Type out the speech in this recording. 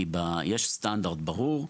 כי יש סטנדרט ברור.